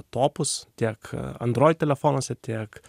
topus tiek android telefonuose tiek